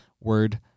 word